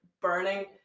burning